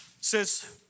says